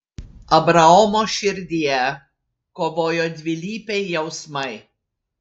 abraomo širdyje kovojo dvilypiai jausmai